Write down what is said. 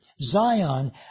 Zion